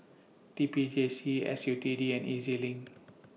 T P J C S U T D and E Z LINK